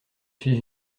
suis